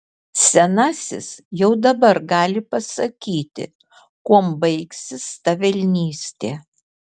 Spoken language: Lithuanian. senasis jau dabar gali pasakyti kuom baigsis ta velnystė